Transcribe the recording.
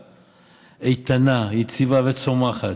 איתנה, יציבה וצומחת,